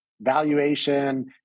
valuation